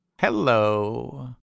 Hello